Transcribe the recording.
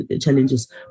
challenges